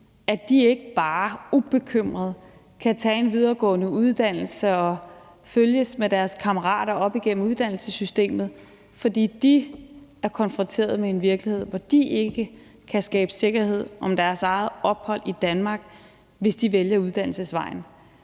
de ikke bare ubekymret kan tage en videregående uddannelse og følges med deres kammerater op igennem uddannelsessystemet, fordi de er konfronteret med en virkelighed, hvor de ikke kan skabe sikkerhed om deres eget ophold i Danmark, hvis de vælger uddannelsesvejen,